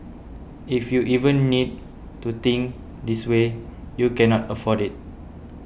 if you even need to think this way you cannot afford it